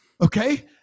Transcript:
okay